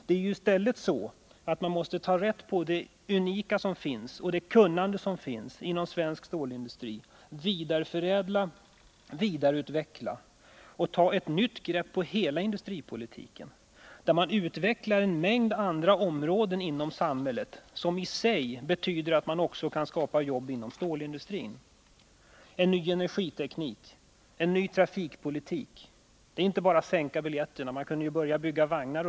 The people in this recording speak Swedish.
Det är ju i stället så att man måste ta till vara det unika som finns och det kunnande som finns inom svensk stålindustri. Man måste vidareförädla och vidareutveckla detta och ta ett nytt grepp på hela industripolitiken. Man måste utveckla en mängd andra områden inom samhället, så att man Nr 57 därigenom också kan skapa jobb inom stålindustrin. Det kan röra sig om en Tisdagen den ny energiteknik, en ny trafikpolitik. Det är inte bara sänkta biljettpriser det 18 december 1979 gäller.